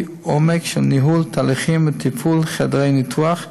עומק של ניהול תהליכים ותפעול חדרי ניתוח,